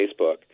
Facebook